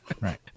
Right